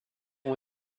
ont